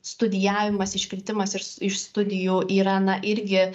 studijavimas iškritimas iš studijų yra na irgi